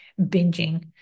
binging